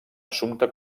assumpte